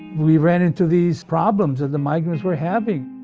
we ran into these problems that the migrants were having,